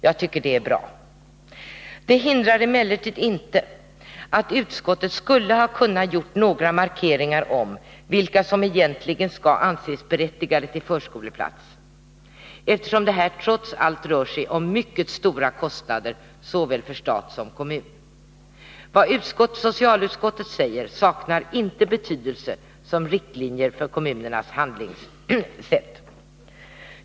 Jag tycker det är bra. Det hindrar emellertid inte att utskottet skulle ha kunnat göra några markeringar om vilka som egentligen skall anses berättigade till förskoleplats, eftersom det här trots allt rör sig om mycket stora kostnader för såväl stat som kommun. Vad socialutskottet säger saknar inte betydelse som riktlinje för kommunernas handlingssätt.